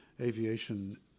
aviation